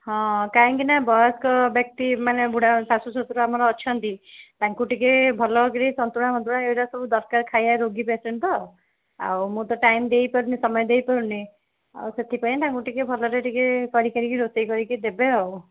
ହଁ କାହିଁକି ନା ବୟସ୍କ ବ୍ୟକ୍ତିମାନେ ବୁଢ଼ା ଶାଶୂ ଶ୍ୱଶୁର ଆମର ଅଛନ୍ତି ତାଙ୍କୁ ଟିକେ ଭଲ କିରି ସନ୍ତୁଳା ଫନ୍ତୁଳା ଏଗୁଡ଼ା ସବୁ ଦରକାର ଖାଇବା ରୋଗୀ ପେସେଣ୍ଟ ତ ଆଉ ମୁଁ ତ ଟାଇମ୍ ଦେଇପାରୁନି ସମୟ ଦେଇପାରୁନି ଆଉ ସେଥିପାଇଁ ତାଙ୍କୁ ଟିକେ ଭଲରେ ଟିକେ କରି କାରିକି ରୋଷେଇ କରିକି ଦେବେ ଆଉ